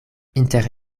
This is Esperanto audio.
inter